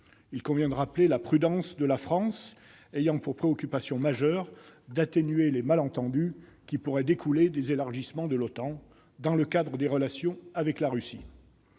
à ce sujet de rappeler la prudence de la France, qui a pour préoccupation majeure d'atténuer les malentendus qui pourraient découler des élargissements de l'OTAN, dans le cadre des relations avec la Russie.